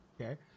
Okay